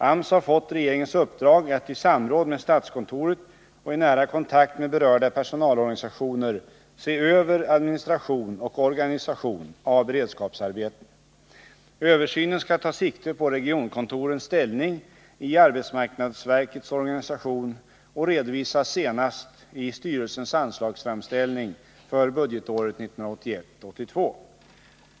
AMS har fått regeringens uppdrag att i samråd med statskontoret och i nära kontakt med berörda personalorganisationer se över administration och organisation av beredskapsarbeten. Översynen skall ta sikte på regionkontorens ställning i arbetsmarknadsverkets organisation och redovisas senast i styrelsens anslagsframställning för budgetåret 1981/82.